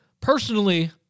personally